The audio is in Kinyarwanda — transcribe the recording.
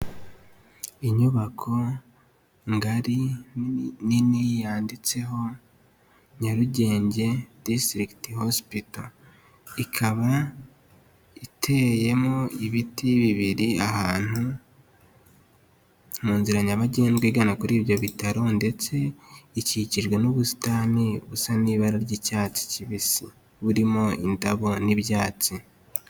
Inyubako ngari nini yanditseho Nyarugenge District Hospital. Ikaba iteyemo ibiti bibiri ahantu mu nzira nyabagendwa igana kuri ibyo bitaro ndetse ikikijwe n'ubusitani busa n'ibara ry'icyatsi kibisi, burimo indabo n'ibyatsi.